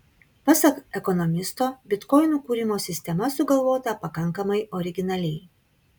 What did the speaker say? pasak ekonomisto bitkoinų kūrimo sistema sugalvota pakankamai originaliai